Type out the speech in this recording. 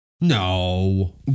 No